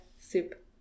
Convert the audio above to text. soup